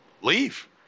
Leave